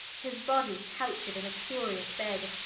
his bodie couched in a curious bed,